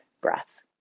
breaths